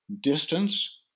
distance